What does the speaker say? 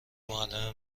معلم